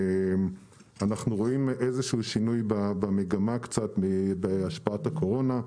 אנחנו רואים שינוי במגמה בהשפעת הקורונה.